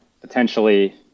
potentially